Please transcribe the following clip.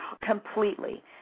completely